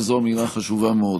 וזו אמירה חשובה מאוד: